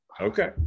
Okay